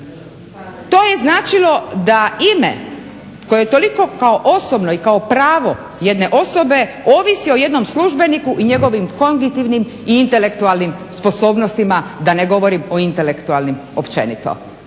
To je značilo da ime koje je toliko kao osobno i kao pravo jedne osobe ovisi o jednom službeniku i njegovim kognitivnim i intelektualnim sposobnostima, da ne govorim o intelektualnim općenito.